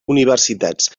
universitats